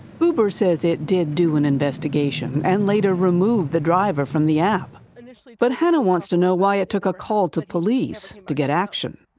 uber says it did do an investigation and later removed the driver from the app. but hannah wants to know why it took a call to police to get action.